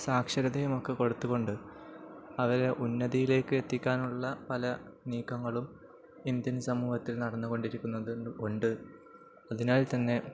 സാക്ഷരതയയും ഒക്കെ കൊടുത്തുകൊണ്ട് അവരെ ഉന്നതിയിലേക്ക് എത്തിക്കാനുള്ള പല നീക്കങ്ങളും ഇന്ത്യൻ സമൂഹത്തിൽ നടന്നുകൊണ്ടിരിക്കുന്നത് ഉണ്ട് അതിനാൽ തന്നെ